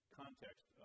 context